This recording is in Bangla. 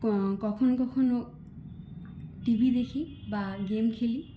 কখনও কখনও টিভি দেখি বা গেম খেলি